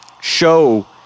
show